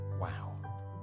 Wow